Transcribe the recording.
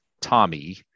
Tommy